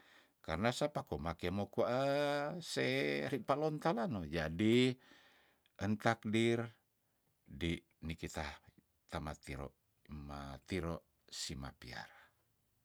Karna sapa ko make mo kwa se ri paloon tala no jadi entakdir dei nikita tamatiro enge tiro sima piara.